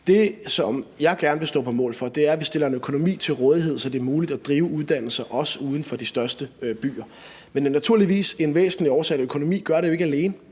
gerne vil stå på mål for, er, at vi stiller en økonomi til rådighed, så det også er muligt drive uddannelse uden for de største byer – men naturligvis af en væsentlig årsag, for økonomi gør det ikke alene;